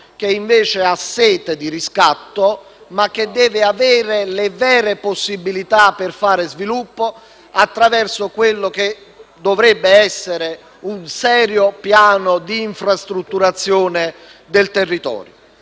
che ha sete di riscatto e deve avere reali possibilità per fare sviluppo attraverso quello che dovrebbe essere un serio piano di infrastrutturazione del territorio.